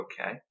Okay